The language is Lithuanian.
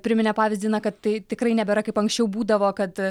priminė pavyzdį kad tai tikrai nebėra kaip anksčiau būdavo kad